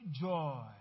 joy